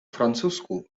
francusku